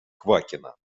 квакина